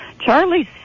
Charlie's